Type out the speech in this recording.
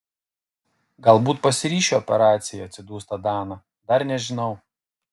galbūt pasiryšiu operacijai atsidūsta dana dar nežinau